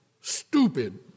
stupid